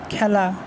খেলা